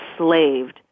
enslaved